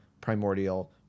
primordial